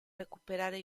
recuperare